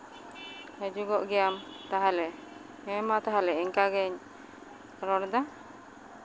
ᱦᱤᱡᱩᱜᱚᱜ ᱜᱮᱭᱟᱢ ᱛᱟᱦᱚᱞᱮ ᱦᱮᱸᱢᱟ ᱛᱟᱦᱚᱞᱮ ᱤᱱᱠᱟᱹ ᱜᱤᱧ ᱨᱚᱲᱫᱟ